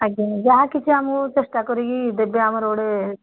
ଆଜ୍ଞା ଯାହା କିଛି ଆମକୁ ଚେଷ୍ଟା କରିକି ଦେବେ ଆମର ଗୋଟେ